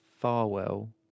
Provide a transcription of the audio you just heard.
Farwell